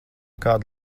kādu